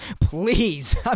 Please